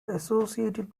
associated